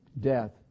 death